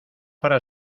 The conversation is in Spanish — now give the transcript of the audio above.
para